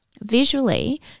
visually